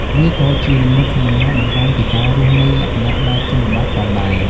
វាក៏ជានិមិត្តសញ្ញាបង្ហាញពីការរស់នៅលក្ខណៈបែបជនបទផងដែរ។